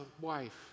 wife